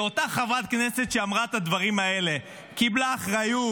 כשאותה חברת כנסת שאמרה את הדברים האלה קיבלה אחריות,